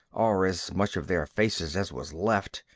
or as much of their faces as was left.